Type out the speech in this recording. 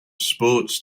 sports